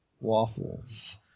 Waffles